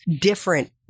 different